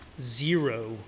zero